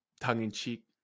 tongue-in-cheek